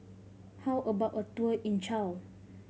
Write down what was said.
how about a tour in Chile